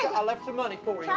i left some money for yeah